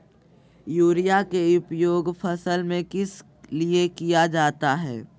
Urea के उपयोग फसल में किस लिए किया जाता है?